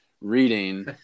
reading